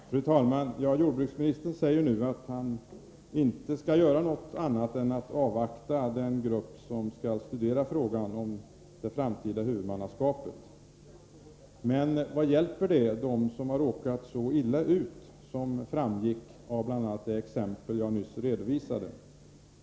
skördeskadesyste Fru talman! Jordbruksministern säger att han inte skall göra något annat = mer än att avvakta arbetet i den grupp som skall studera frågan om det framtida huvudmannaskapet. Men vad hjälper det dem som har råkat så illa ut som jag nyss redovisade i ett exempel?